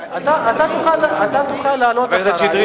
מאיר, אתה תוכל לעלות אחרי,